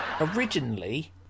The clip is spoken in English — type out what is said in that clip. Originally